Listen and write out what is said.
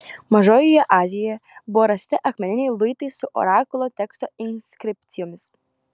mažojoje azijoje buvo rasti akmeniniai luitai su orakulo teksto inskripcijomis